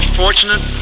fortunate